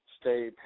stay